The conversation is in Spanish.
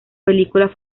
película